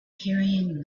carrying